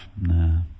nah